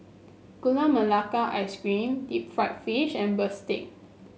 Gula Melaka Ice Cream Deep Fried Fish and bistake